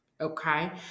Okay